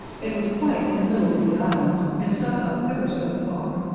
it was quite in the middle of the island, and stuck up ever so far,